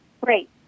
Great